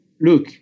look